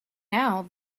now